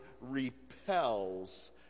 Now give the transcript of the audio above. repels